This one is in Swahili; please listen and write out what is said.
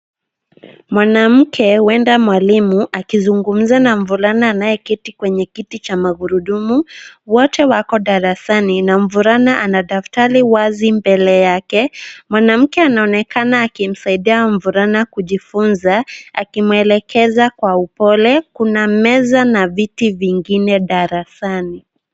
Mwanamke, huenda mwalimu, akizungumza na mvulana anayeketi kwenye kiti cha magurudumu. Wote wako darasani na mvulana ana daftari wazi mbele yake. Mwanamke anaonekana akimsaidia mvulana kujifunza, akimwelekeza kwa upole. Kuna meza na viti vingine darasani.